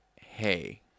hey